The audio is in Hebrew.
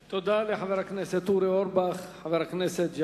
תודה, חבר הכנסת אורי אורבך.